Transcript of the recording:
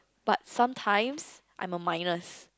but sometimes I'm a minus